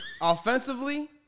offensively